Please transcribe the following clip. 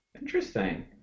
Interesting